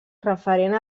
referent